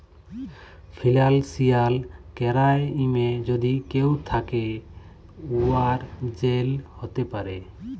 financial কেরাইমে যদি কেউ থ্যাকে, উয়ার জেল হ্যতে পারে